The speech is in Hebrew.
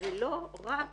ולא רק